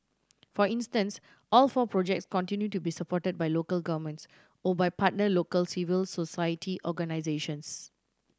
for instance all four projects continue to be supported by local governments or by partner local civil society organisations